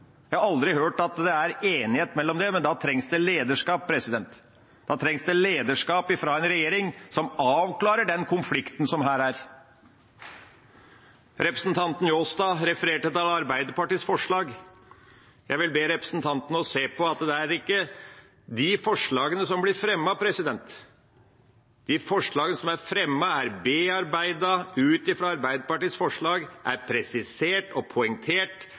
Jeg har aldri hørt at det har vært enighet om det, men da trengs det lederskap. Da trengs det lederskap fra en regjering som avklarer den konflikten som er her. Representanten Njåstad refererte til Arbeiderpartiets forslag. Jeg vil gjøre ham oppmerksom på at det er ikke de forslagene som har blitt fremmet. De forslagene som har blitt fremmet, er bearbeidet med utgangspunkt i Arbeiderpartiets representantforslag. De har blitt presisert og poengtert